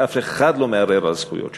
ואף אחד לא מערער, על הזכויות שלהם.